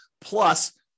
plus